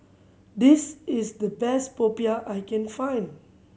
this is the best Popiah I can find